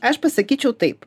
aš pasakyčiau taip